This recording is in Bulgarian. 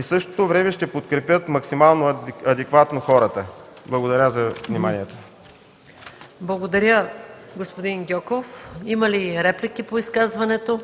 в същото време ще подкрепят максимално адекватно хората. Благодаря за вниманието. ПРЕДСЕДАТЕЛ МАЯ МАНОЛОВА: Благодаря, господин Гьоков. Има ли реплики по изказването?